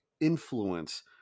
influence